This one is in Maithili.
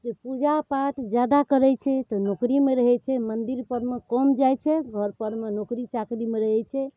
जे पूजापाठ जादा करै छै तऽ नौकरीमे रहै छै मंदिर परमे कम जाइ छै घर परमे नौकरी चाकरीमे रहै छै